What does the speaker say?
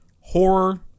Horror